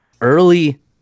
early